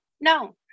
No